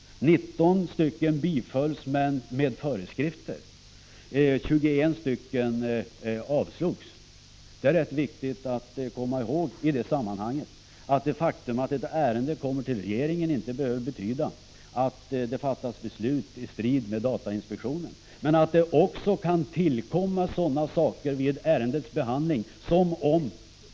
19 bifölls med föreskrifter. 21 avslogs. I detta sammanhang är det ganska viktigt att komma ihåg att det faktum att ett ärende kommer till regeringen inte behöver betyda att beslut fattas i strid med datainspektionen. Vid regeringens behandling av ett ärende kan uppgifter tillkomma.